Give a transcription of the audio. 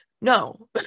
No